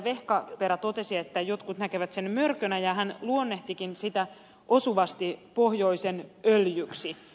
vehkaperä totesi että jotkut näkevät sen mörkönä ja hän luonnehtikin sitä osuvasti pohjoisen öljyksi